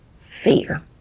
fear